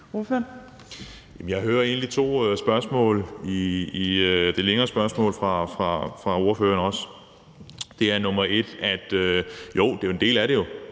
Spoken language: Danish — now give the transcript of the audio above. jeg hører egentlig to spørgsmål i det længere spørgsmål fra ordføreren. Det er først, at det jo er en del af det.